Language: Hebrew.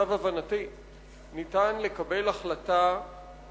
שבנושא הזה צריך לקבל עכשיו החלטה שתאפשר